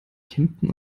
kempten